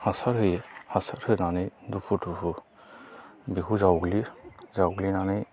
हासार होयो हासार होनानै दुफु दुफु बेखौ जावग्लियो जावग्लिनानै